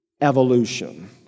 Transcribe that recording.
Evolution